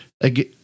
again